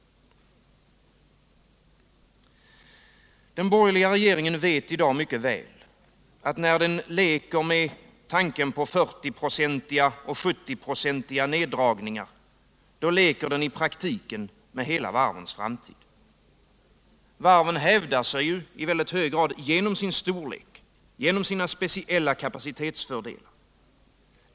Den borgerliga regeringen vet i dag mycket väl att när den leker med tanken på 40-procentiga och 70-procentiga neddragningar, så leker den i praktiken med varvens hela framtid. Varven hävdar sig ju i hög grad genom sin storlek, genom sina speciella kapacitetsfördelar.